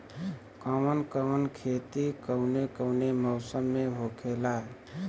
कवन कवन खेती कउने कउने मौसम में होखेला?